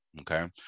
Okay